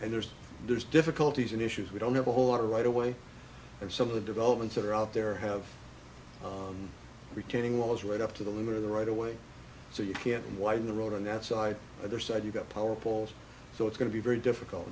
and there's there's difficulties and issues we don't have a whole lot of right away and some of the developments that are out there have retaining walls right up to the limit of the right away so you can't and why the road on that side either side you've got power poles so it's going to be very difficult